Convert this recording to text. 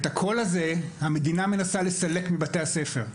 את הקול הזה המדינה מנסה לסלק מבתי הספר.